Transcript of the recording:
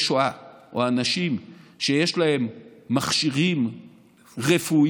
שואה או אנשים שיש להם מכשירים רפואיים